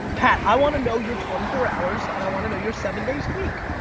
pat, i wanna know your twenty four hours and i wanna know your seven days a week.